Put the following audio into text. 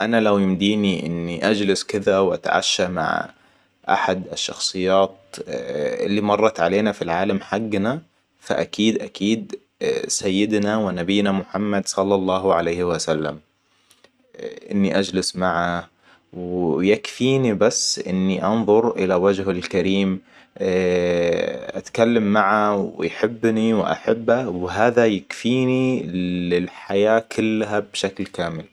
أنا لو يمديني اني اجلس كذا واتعشى مع احد الشخصيات اللي مرت علينا في العالم حقنا فأكيد أكيد أكيد سيدنا ونبينا محمد صلى الله عليه وسلم. إني اجلس معه ويكفيني بس إني أنظر الي وجهه الكريم. اتكلم معه ويحبني واحبه وهذا يكفيني للحياة كلها بشكل كامل